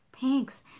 thanks